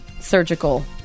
surgical